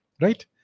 right